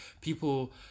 people